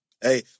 Hey